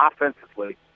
offensively